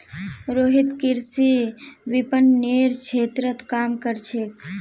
रोहित कृषि विपणनेर क्षेत्रत काम कर छेक